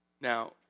Now